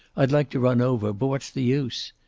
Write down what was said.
i'd like to run over, but what's the use?